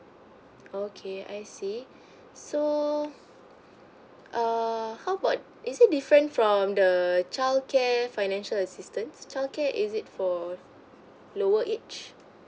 okay I see so err how about is it different from the childcare financial assistance childcare is it for lower age